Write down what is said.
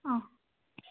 অঁ